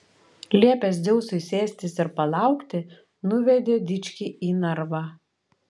liepęs dzeusui sėstis ir palaukti nuvedė dičkį į narvą